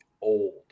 old